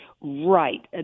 Right